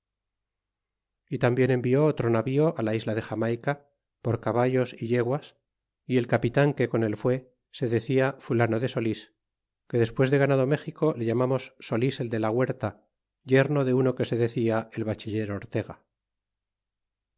y tambien envió otro navío á la isla de jamayca por caballos é yeguas y el capitan que con él fué se decia fulano de solís que despues de ganado méxico le llamamos solís el de la huerta yerno de uno que se decía el bachiller ortega